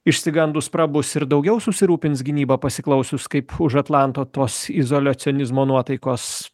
išsigandus prabus ir daugiau susirūpins gynyba pasiklausius kaip už atlanto tos izoliacionizmo nuotaikos